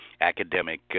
academic